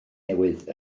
newydd